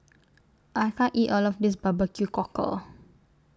I can't eat All of This B B Q Cockle